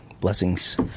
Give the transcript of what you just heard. Blessings